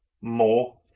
more